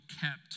kept